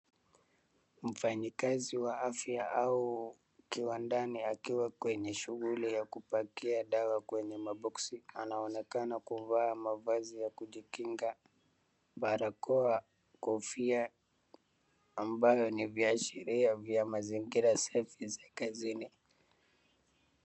Mfanyakazi wa afya au akiwa ndani akiwa kwenye shughuli ya kupakia dawa kwenye box anaonekana kuvaa mavazi ya kujikinga, barakoa, kofia ambayo ni viashilia vya mazingira safi za kazini.